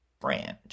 brand